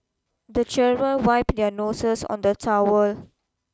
the children wipe their noses on the towel